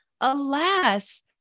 alas